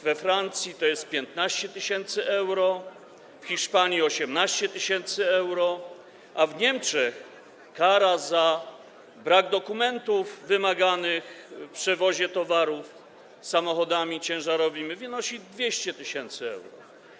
We Francji to jest 15 tys. euro, w Hiszpanii 18 tys. euro, a w Niemczech kara za brak dokumentów wymaganych w przewozie towarów samochodami ciężarowymi wynosi 200 tys. euro.